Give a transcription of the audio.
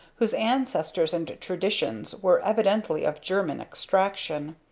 whose ancestors and traditions were evidently of german extraction.